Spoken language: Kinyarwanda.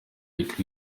lick